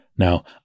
Now